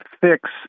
fix